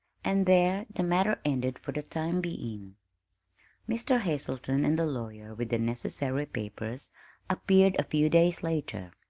and there the matter ended for the time being. mr. hazelton and the lawyer with the necessary papers appeared a few days later.